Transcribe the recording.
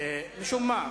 משום מה,